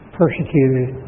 persecuted